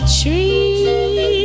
tree